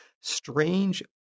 strange